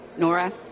Nora